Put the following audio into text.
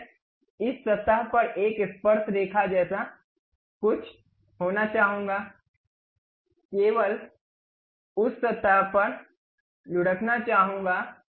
अब मैं इस सतह पर एक स्पर्शरेखा जैसा कुछ होना चाहूंगा केवल उस सतह पर लुढ़कना चाहूंगा